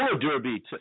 derby